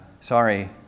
Sorry